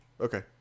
Okay